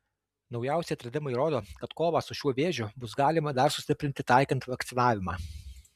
naujausi atradimai rodo kad kovą su šiuo vėžiu bus galima dar sustiprinti taikant vakcinavimą